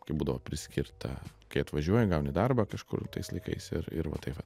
kaip būdavo priskirta kai atvažiuoji gauni darbą kažkur tais laikais ir ir va taip va